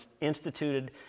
instituted